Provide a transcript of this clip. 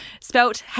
Spelt